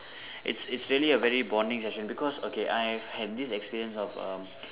it's it's really a very bonding session because okay I have this experience of um